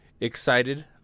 excited